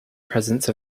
presence